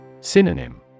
Synonym